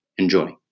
enjoy